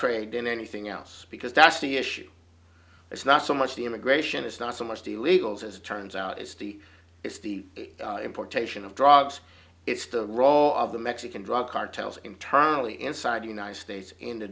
trade in anything else because that's the issue it's not so much the immigration it's not so much the legals as it turns out it's the it's the importation of drugs it's the role of the mexican drug cartels internally inside the united states in the